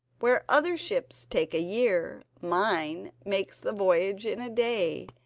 where other ships take a year, mine makes the voyage in a day,